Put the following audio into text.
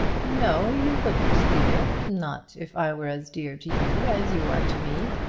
no, you wouldn't, dear not if i were as dear to you as you are to me.